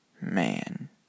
Man